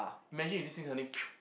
imagine if this thing suddenly